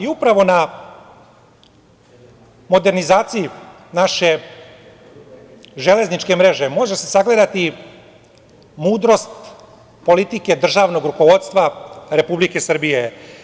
Upravo na modernizaciji naše železničke mreže može se sagledati mudrost politike državnog rukovodstva Republike Srbije.